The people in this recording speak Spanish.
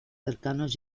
cercanos